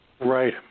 Right